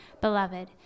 Beloved